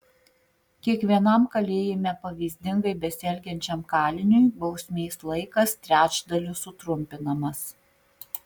kiekvienam kalėjime pavyzdingai besielgiančiam kaliniui bausmės laikas trečdaliu sutrumpinamas